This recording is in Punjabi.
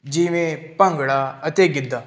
ਜਿਵੇਂ ਭੰਗੜਾ ਅਤੇ ਗਿੱਧਾ